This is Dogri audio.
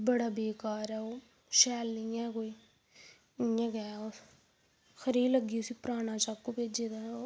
बडा बेकार ऐ ओह् शैल नी ऐ ओह् इ'यां गै ऐ ओह् खेई लग्गी दि पराना चाकू भेजी दिता दा ऐ